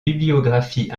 bibliographie